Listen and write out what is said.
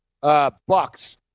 Bucks